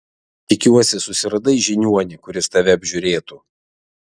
tikiuosi susiradai žiniuonį kuris tave apžiūrėtų